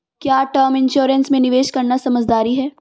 क्या term insurance में निवेश करना समझदारी है?